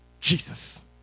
Jesus